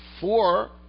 four